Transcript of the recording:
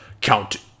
Count